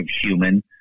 human